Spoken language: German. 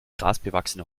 grasbewachsene